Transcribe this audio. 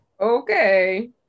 Okay